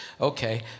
Okay